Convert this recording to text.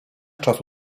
czasu